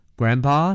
grandpa